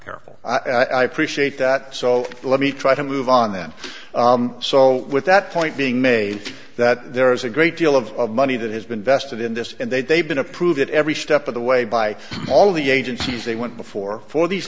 careful i preach hate that so let me try to move on then so with that point being made that there is a great deal of money that has been vested in this and they've been approved at every step of the way by all the agencies they went before for these